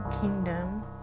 Kingdom